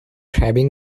having